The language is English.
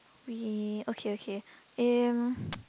we okay okay um